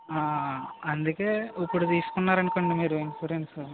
ఆ అందుకే ఇప్పుడు తీసుకున్నారు అనుకోండి మీరు ఇన్సూరెన్సు